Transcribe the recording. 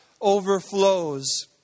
overflows